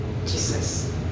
Jesus